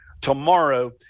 tomorrow